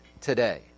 today